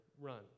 run